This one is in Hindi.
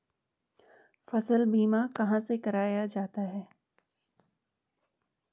फसल बीमा कहाँ से कराया जाता है?